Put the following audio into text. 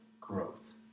growth